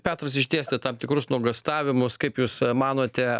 petras išdėstė tam tikrus nuogąstavimus kaip jūs manote